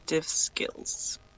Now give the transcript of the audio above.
skills